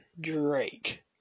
Drake